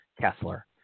Kessler